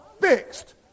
fixed